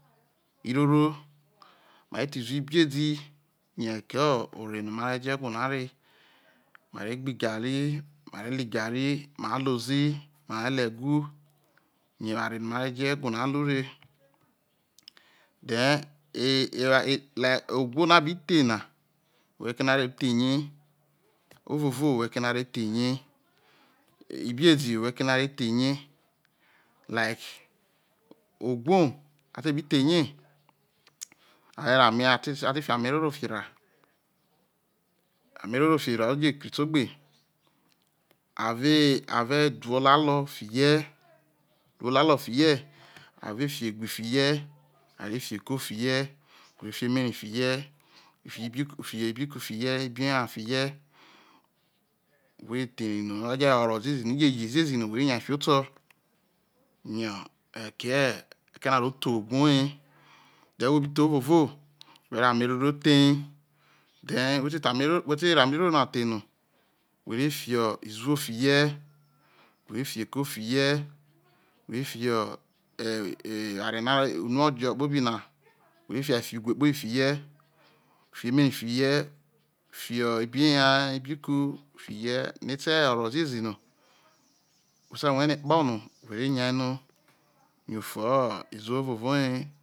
Iro ro ana re the izo ibedi yo̱ ghe reke no ma re jo ewo na re̱ ma re gbe igari lo̱ igari ma lo̱ ozi lo̱ egu.